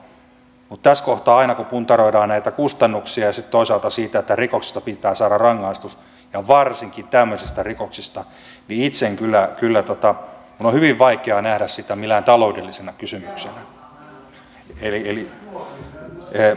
tässä kohtaa aina kun puntaroidaan näitä kustannuksia ja sitten toisaalta sitä että rikoksesta pitää saada rangaistus ja varsinkin tämmöisistä rikoksista minun itseni on hyvin vaikea nähdä sitä minään taloudellisena kysymyksenä